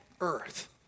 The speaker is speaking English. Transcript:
earth